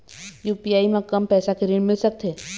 UPI म कम पैसा के ऋण मिल सकथे?